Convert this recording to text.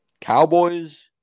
Cowboys